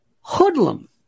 hoodlum